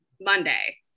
Monday